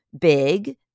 big